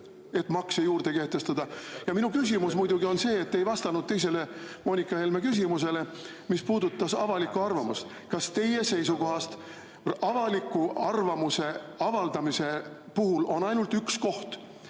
makse juurde? Ja minu küsimus muidugi on see. Te ei vastanud Moonika Helme teisele küsimusele, mis puudutas avalikku arvamust. Kas teie seisukohast avaliku arvamuse avaldamise puhul on ainult üks koht?